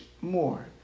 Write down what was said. more